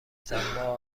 زدما